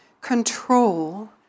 control